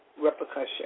repercussion